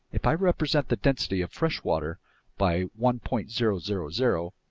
if i represent the density of fresh water by one point zero zero zero,